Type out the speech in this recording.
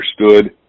understood